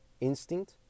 instinct